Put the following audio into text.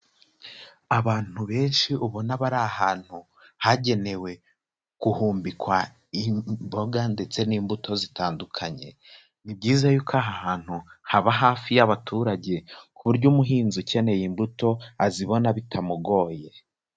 Abantu benshi ubona bari ahantu hagenewe guhumbikwa imboga ndetse n'imbuto zitandukanye. Ni byiza yuko aha hantu haba hafi y'abaturage ku buryo umuhinzi ukeneye imbuto, azibona bitamugoye.